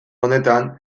honetan